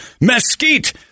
mesquite